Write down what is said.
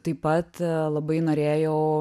taip pat labai norėjau